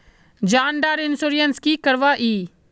जान डार इंश्योरेंस की करवा ई?